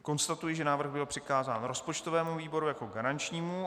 Konstatuji, že návrh byl přikázán rozpočtovému výboru jako výboru garančnímu.